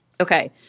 Okay